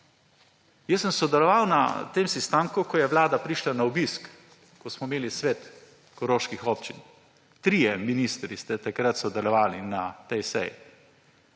Sodeloval sem na tem sestanku, ko je Vlada prišla na obisk, ko smo imeli svet koroških občin, trije ministri ste takrat sodelovali na tej seji